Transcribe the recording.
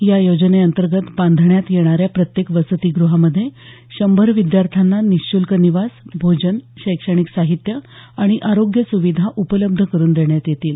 या योजनेंतर्गत बांधण्यात येणाऱ्या प्रत्येक वसतिगृहामध्ये शंभर विद्यार्थ्यांना निशुल्क निवास भोजन शैक्षणिक साहित्य आणि आरोग्य सुविधा उपलब्ध करून देण्यात येतील